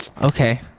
Okay